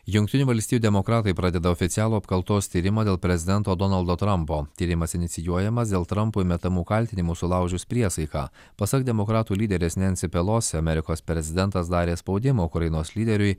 jungtinių valstijų demokratai pradeda oficialų apkaltos tyrimą dėl prezidento donaldo trampo tyrimas inicijuojamas dėl trampui metamų kaltinimų sulaužius priesaiką pasak demokratų lyderės nensi pelosi amerikos prezidentas darė spaudimą ukrainos lyderiui